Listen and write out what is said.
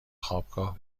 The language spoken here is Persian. خوابگاه